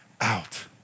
out